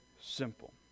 simple